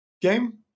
game